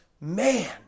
man